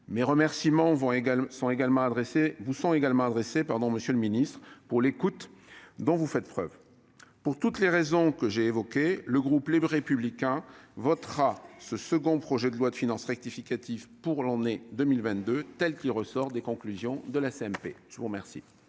Mes remerciements vous sont également adressés, monsieur le ministre, pour l'écoute dont vous faites preuve. Pour toutes ces raisons, le groupe Les Républicains votera ce second projet de loi de finances rectificative pour 2022, tel qu'il ressort des conclusions de la CMP. La parole